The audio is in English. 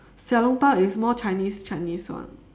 xiao-long-bao is more chinese chinese one